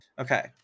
Okay